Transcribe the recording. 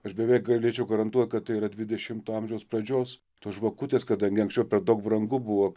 aš beveik galėčiau garantuot kad tai yra dvidešimo amžiaus pradžios tos žvakutės kadangi anksčiau per daug brangu buvo